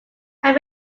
had